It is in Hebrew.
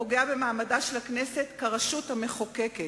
הפוגע במעמדה של הכנסת כרשות המחוקקת.